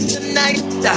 Tonight